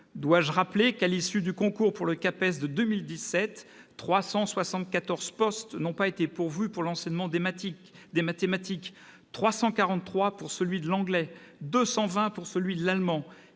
cette année, à l'issue du concours du CAPES, quelque 374 postes n'ont pas été pourvus pour l'enseignement des mathématiques, ni 343 pour celui de l'anglais, ni 220 pour celui de l'allemand